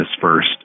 first